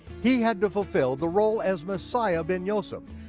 he had to fulfill the role as messiah ben yoseph,